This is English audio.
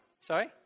Sorry